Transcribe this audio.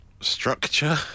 structure